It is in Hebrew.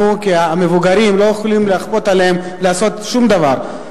אנחנו כמבוגרים לא יכולים לכפות עליהם לעשות שום דבר.